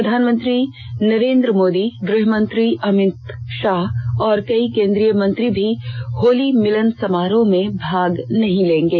प्रधानमंत्री नरेंद्र मोदी गृहमंत्री अमित शाह और कई केंद्रीय मंत्री भी होली मिलन समारोह में भाग नहीं लेंगे